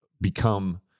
become